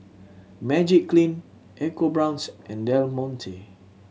Magiclean EcoBrown's and Del Monte